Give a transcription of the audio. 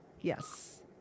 yes